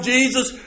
Jesus